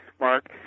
Mark